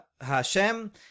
Hashem